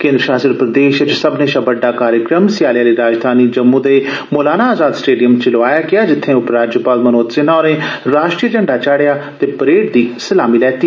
केन्द्र शासत प्रदेश दा सब्बने शा बड़डा कार्जक्रम स्याले आली राजधानी जम्मू दे मौलाना आजाद स्टेडियम च लोआया गेआ जित्थे उपराज्यपाल मनोज सिन्हा होरें राश्ट्रीय झप्ता चाप्रेआ ते परेड दी सलामी लैती